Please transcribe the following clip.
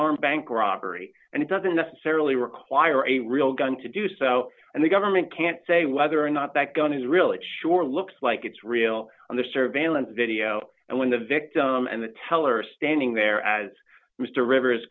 armed bank robbery and it doesn't necessarily require a real gun to do so and the government can't say whether or not that gun is really sure looks like it's real on the surveillance video and when the victim and the teller standing there as mr rivers